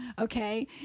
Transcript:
Okay